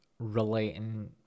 relating